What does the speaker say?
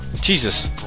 Jesus